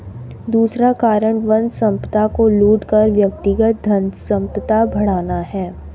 दूसरा कारण वन संपदा को लूट कर व्यक्तिगत धनसंपदा बढ़ाना है